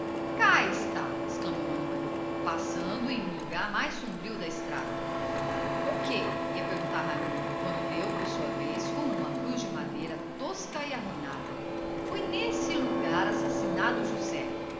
cá está exclamou manuel duas horas depois chegando a um lugar mais sombrio do caminho que é ia perguntar o moço quando deu por sua vez com uma cruz de madeira muito tosca e arruinada ah foi neste lugar assassinado o josé